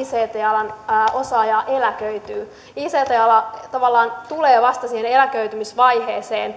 ict alan osaajaa eläköityy ict ala tavallaan tulee vasta siihen eläköitymisvaiheeseen